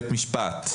בית משפט,